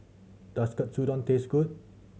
does Katsudon taste good